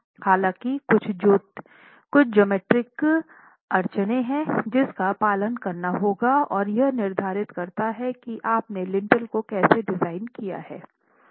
हालांकि कुछ ज्यामितीय अड़चनें हैं जिसका पालन करना होगा और यह निर्धारित करता है कि आपने लिंटेल को कैसे डिज़ाइन किया है